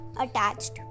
attached